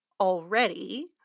already